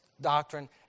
doctrine